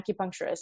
acupuncturist